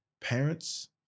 parents